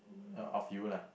uh of you lah